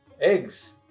eggs